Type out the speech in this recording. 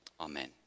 Amen